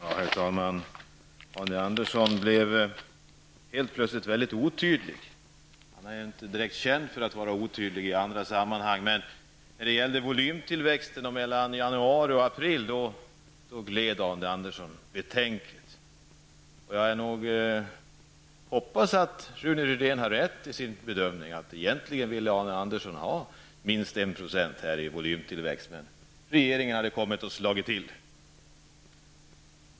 Herr talman! Arne Andersson i Gamleby blev helt plötsligt mycket otydlig. I andra sammanhang är han inte direkt känd för att vara otydlig, men när det gällde volymtillväxten mellan januari och april gled Arne Andersson betänkligt i sitt resonemang. Jag hoppas att Rune Rydén har rätt i sin bedömning: att Arne Andersson egentligen vill ha minst 1 % i volymtillväxt. Men regeringen kom och slog till.